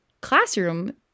classroom